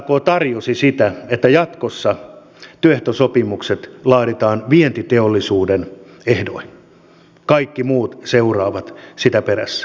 sak tarjosi sitä että jatkossa työehtosopimukset laaditaan vientiteollisuuden ehdoin kaikki muut seuraavat sitä perässä